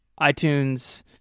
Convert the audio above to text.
iTunes